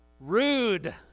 Rude